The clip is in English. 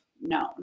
known